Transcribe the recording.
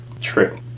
True